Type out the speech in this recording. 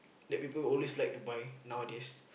that people always like to buy nowadays